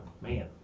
Man